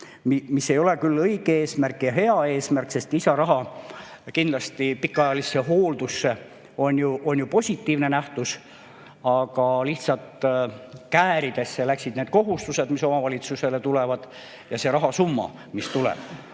See ei ole küll õige eesmärk ja hea eesmärk, sest lisaraha pikaajalisse hooldusse on kindlasti positiivne nähtus, aga lihtsalt kääridesse läksid need kohustused, mis omavalitsusele tulevad, ja see rahasumma, mis tuleb.